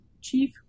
chief